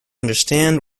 understand